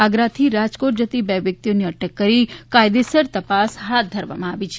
આગ્રાથી રાજકોટ જતી બે વ્યક્તિઓની અટક કરીને કાયદેસર તપાસ હાથ ધરવામાં આવી છે